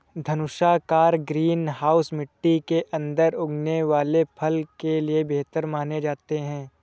धनुषाकार green house मिट्टी के अंदर उगने वाले फसल के लिए बेहतर माने जाते हैं